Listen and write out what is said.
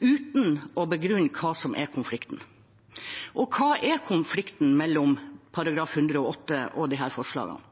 uten å begrunne hva som er konflikten. Og hva er konflikten mellom § 108 og disse forslagene?